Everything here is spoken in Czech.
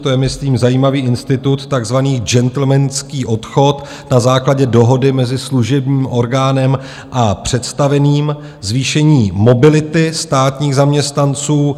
To je myslím zajímavý institut, takzvaný gentlemanský odchod na základě dohody mezi služebním orgánem a představeným, zvýšení mobility státních zaměstnanců.